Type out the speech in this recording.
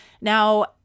Now